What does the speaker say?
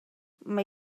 mae